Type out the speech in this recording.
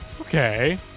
Okay